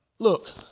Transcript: Look